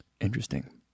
Interesting